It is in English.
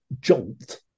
jolt